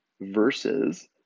versus